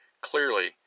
Clearly